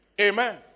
Amen